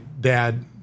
dad